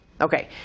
Okay